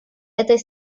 этой